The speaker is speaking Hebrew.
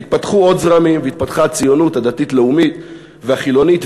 התפתחו עוד זרמים והתפתחה הציונות הדתית-לאומית והחילונית.